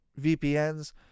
VPNs